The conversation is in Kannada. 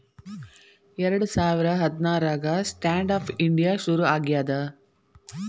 ಎರಡ ಸಾವಿರ ಹದ್ನಾರಾಗ ಸ್ಟ್ಯಾಂಡ್ ಆಪ್ ಇಂಡಿಯಾ ಶುರು ಆಗ್ಯಾದ